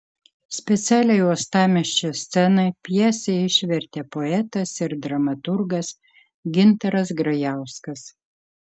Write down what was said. specialiai uostamiesčio scenai pjesę išvertė poetas ir dramaturgas gintaras grajauskas